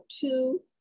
two